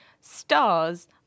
Stars